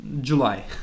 July